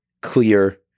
clear